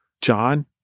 John